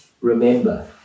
remember